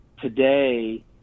today